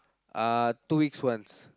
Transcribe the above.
uh two weeks once